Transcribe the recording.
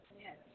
Yes